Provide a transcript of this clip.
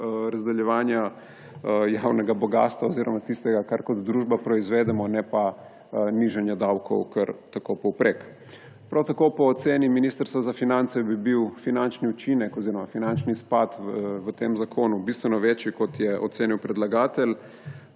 razdeljevanja javnega bogastva oziroma tistega, kar kot družba proizvedemo, ne pa nižanja davkov kar tako povprek. Po oceni Ministrstva za finance bi bil finančni izpad v tem zakonu bistveno večji, kot je ocenil predlagatelj.